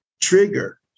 trigger